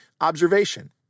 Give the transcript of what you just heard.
observation